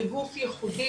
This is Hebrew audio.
גוף ייחודי,